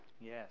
Yes